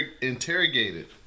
interrogated